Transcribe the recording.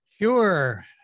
Sure